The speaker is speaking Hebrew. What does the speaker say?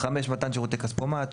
מתן שירותי כספומט,